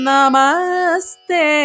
Namaste